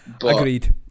Agreed